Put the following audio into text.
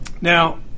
Now